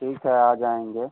ठीक है आ जाएँगे